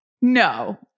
No